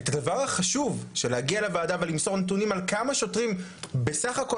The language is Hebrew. את הדבר החשוב של להגיע לוועדה ולמסור נתונים על כמה שוטרים בסך הכול